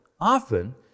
Often